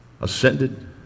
Ascended